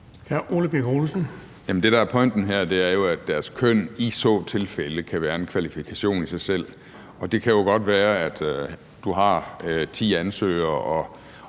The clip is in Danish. (LA): Jamen det, der er pointen her, er jo, at deres køn i så tilfælde kan være en kvalifikation i sig selv. Det kan jo godt være, at du har ti ansøgere